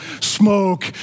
smoke